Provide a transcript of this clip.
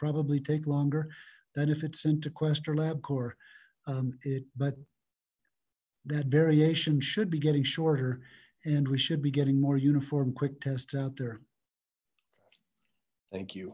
probably take longer than if it's sent to questor lab core it but that variation should be getting shorter and we should be getting more uniform quick tests out there thank you